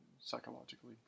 psychologically